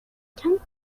tenth